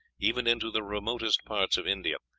even into the remotest parts of india,